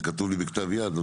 זה כתוב לי בכתב יד.